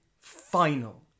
final